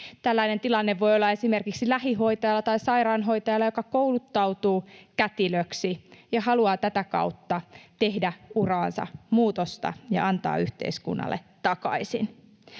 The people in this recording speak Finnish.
Tällainen tilanne voi olla esimerkiksi lähihoitajalla tai sairaanhoitajalla, joka kouluttautuu kätilöksi ja haluaa tätä kautta tehdä uraansa muutosta ja antaa yhteiskunnalle takaisin.